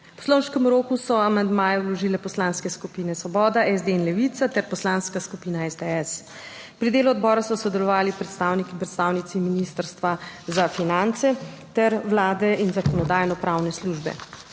V poslovniškem roku so amandmaje vložile Poslanske skupine Svoboda, SD in Levica ter Poslanska skupina SDS. Pri delu odbora so sodelovali predstavniki in predstavnice Ministrstva za finance ter Vlade in Zakonodajno-pravne službe,